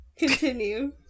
Continue